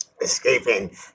Escaping